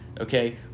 Okay